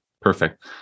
perfect